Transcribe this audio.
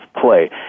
play